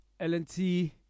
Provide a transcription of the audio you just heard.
LNT